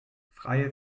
freie